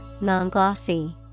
non-glossy